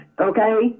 okay